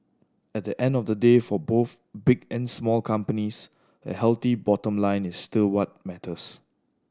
at the end of the day for both big and small companies a healthy bottom line is still what matters